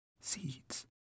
Seeds